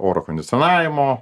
oro kondicionavimo